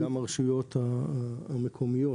גם הרשויות המקומיות.